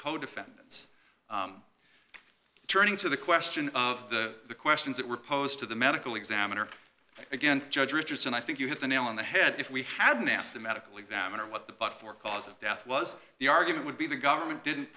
co defendants turning to the question of the questions that were posed to the medical examiner again judge richardson i think you hit the nail on the head if we hadn't asked the medical examiner what the buck for cause of death was the argument would be the government didn't